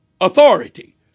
authority